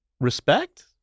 respect